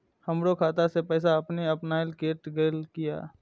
हमरो खाता से पैसा अपने अपनायल केट गेल किया?